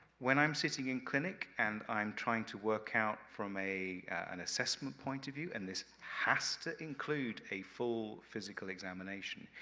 when i'm sitting in clinic and i'm trying to work out, from a an assessment point of view, and this has to include a full physical examination.